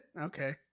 Okay